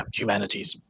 humanities